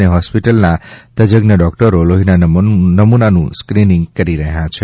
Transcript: અને હોસ્પિટલના તજજ્ઞ ડોકટરો લોફીના નમૂનાનું સ્કેનીંગ કરી રહ્યા છે